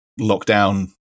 lockdown